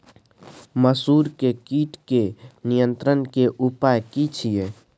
मसूर के कीट के नियंत्रण के उपाय की छिये?